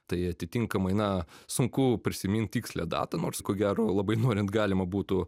tai atitinkamai na sunku prisimint tikslią datą nors ko gero labai norint galima būtų